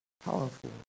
powerful